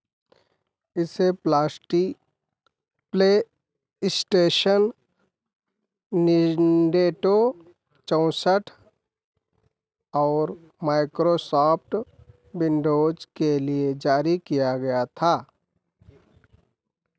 इसे प्लाश्टी PlayStation Nintendo चौंसठ और माइक्रोसॉफ्ट विंडोज के लिए जारी किया गया था